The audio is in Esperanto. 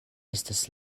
estas